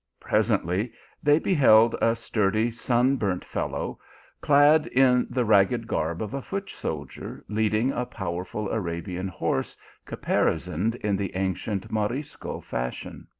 presently they beheld a sturdy, sun-burnt fellow clad in the ragged garb of a foot-soldier, leading a powerful arabian horse caparisoned in the ancient morisco fashion.